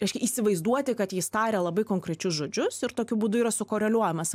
reiškia įsivaizduoti kad jis taria labai konkrečius žodžius ir tokiu būdu yra su koreliuojamas